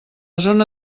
zona